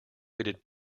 waited